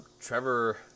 Trevor